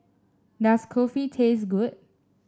does Kulfi taste good